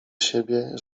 siebie